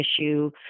issue